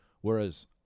whereas